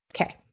Okay